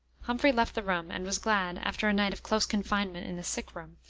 humphrey left the room, and was glad, after a night of close confinement in a sick-room,